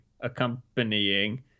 accompanying